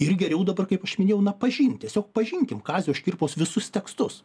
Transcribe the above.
ir geriau dabar kaip minėjau na pažint tiesiog pažinkim kazio škirpos visus tekstus